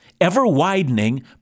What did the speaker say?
ever-widening